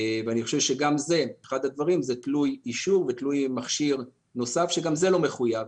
ואני חושב שזה תלוי אישור ותלוי מכשיר נוסף שגם זה לא מחויב.